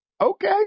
Okay